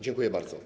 Dziękuję bardzo.